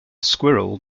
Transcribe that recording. squirrel